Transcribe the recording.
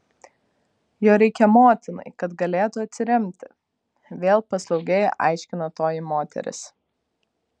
jo reikia motinai kad galėtų atsiremti vėl paslaugiai aiškina toji moteris